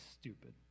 stupid